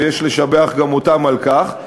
ויש לשבח גם אותם על כך.